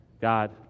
God